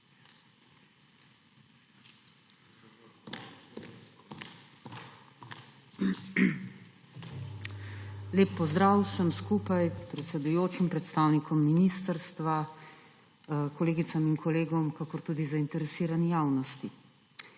Lep pozdrav vsem skupaj, predsedujočim, predstavnikom ministrstva, kolegicam in kolegom ter tudi zainteresirani javnosti!